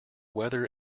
weather